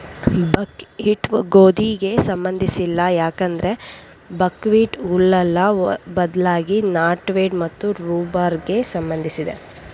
ಬಕ್ wheat ಗೋಧಿಗೆ ಸಂಬಂಧಿಸಿಲ್ಲ ಯಾಕಂದ್ರೆ ಬಕ್ಹ್ವೀಟ್ ಹುಲ್ಲಲ್ಲ ಬದ್ಲಾಗಿ ನಾಟ್ವೀಡ್ ಮತ್ತು ರೂಬಾರ್ಬೆಗೆ ಸಂಬಂಧಿಸಿದೆ